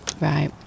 right